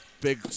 Big